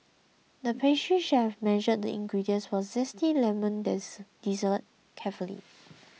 the pastry chef measured the ingredients for zesty lemon dessert carefully